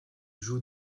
joue